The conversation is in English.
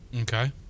Okay